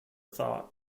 thought